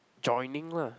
joining lah